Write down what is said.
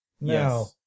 No